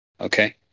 okay